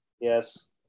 Yes